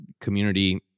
community